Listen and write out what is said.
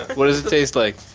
what does it taste like